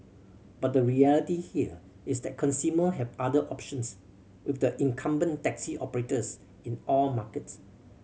but the reality here is that consumer have other options with the incumbent taxi operators in all markets